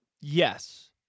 Yes